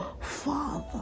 Father